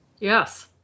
Yes